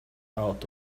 out